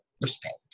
respect